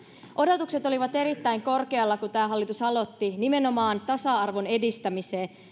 odotukset olivat erittäin korkealla kun tämä hallitus aloitti nimenomaan tasa arvon edistämisen suhteen